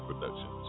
Productions